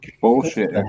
Bullshit